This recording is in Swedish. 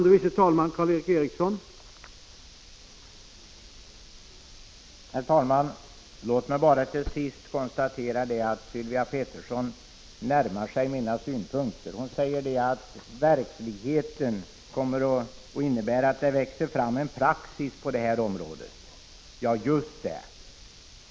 Herr talman! Låt mig bara till sist i denna debatt konstatera att Sylvia Pettersson närmar sig mina synpunkter. Hon säger att det kommer att växa fram en praxis på detta område. Ja, just det!